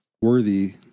worthy